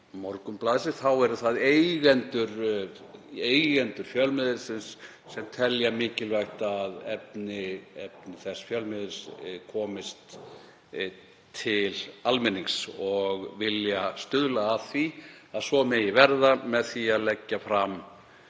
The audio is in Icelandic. eru það eigendur fjölmiðilsins sem telja mikilvægt að efni þess fjölmiðils komist til almennings og vilja stuðla að því að svo megi verða með því að leggja fram